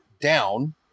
down